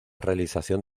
realización